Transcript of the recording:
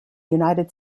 united